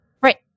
Right